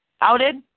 outed